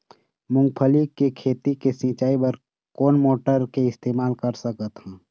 मूंगफली के खेती के सिचाई बर कोन मोटर के इस्तेमाल कर सकत ह?